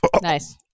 Nice